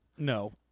No